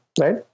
right